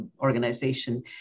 organization